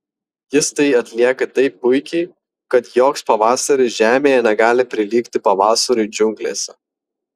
jis tai atlieka taip puikiai kad joks pavasaris žemėje negali prilygti pavasariui džiunglėse